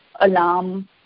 alarm